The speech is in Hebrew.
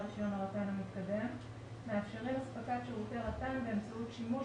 רישיון הרט"ן המתקדם מאפשרים אספקת שירותי רט"ן באמצעות שימוש